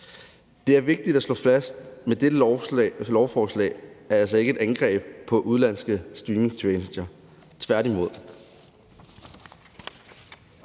Det er vigtigt at slå fast, at vi med dette lovforslag altså ikke angriber udenlandske streamingtjenester, tværtimod.